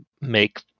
make